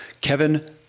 Kevin